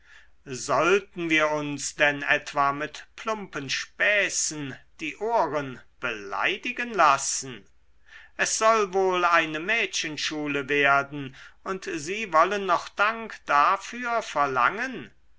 sollten wir uns denn etwa mit plumpen späßen die ohren beleidigen lassen es soll wohl eine mädchenschule werden und sie wollen noch dank dafür verlangen